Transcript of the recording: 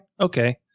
okay